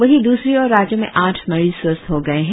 वहीं दूसरी और राज्य में आठ मरीज स्वस्थ हो गए है